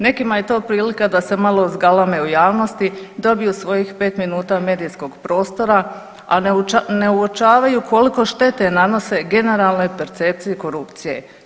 Nekima je to prilika da se malo izgalame u javnosti dobiju svojih pet minuta medijskog prostora, a ne uočavaju koliko štete nanose generalnoj percepciji korupcije.